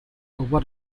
over